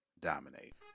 dominate